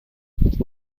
that